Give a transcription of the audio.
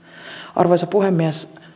arvoisa puhemies